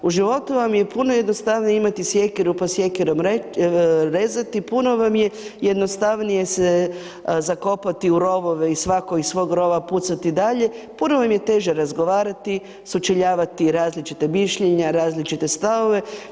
U životu vam je puno jednostavnije imati sjekiru, pa sjekirom rezati, puno vam je jednostavnije se zakopati u rovove i svako iz svog rova pucati dalje, puno vam je teže razgovarati, sučeljavati različita mišljenja, različite stavove.